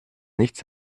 nichts